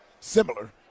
similar